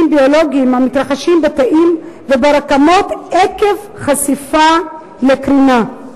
ביולוגיים המתרחשים בתאים וברקמות עקב חשיפה לקרינה.